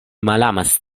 malamas